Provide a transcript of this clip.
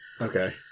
Okay